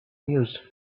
news